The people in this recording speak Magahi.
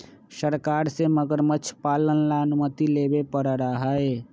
सरकार से मगरमच्छ पालन ला अनुमति लेवे पडड़ा हई